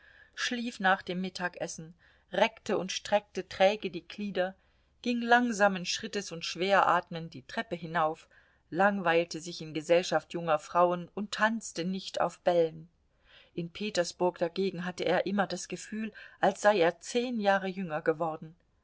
schlief nach dem mittagessen reckte und streckte träge die glieder ging langsamen schrittes und schwer atmend die treppe hinauf langweilte sich in gesellschaft junger frauen und tanzte nicht auf bällen in petersburg dagegen hatte er immer das gefühl als sei er zehn jahre jünger geworden